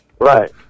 Right